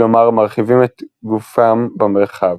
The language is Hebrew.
כלומר מרחיבים את גופם במרחב".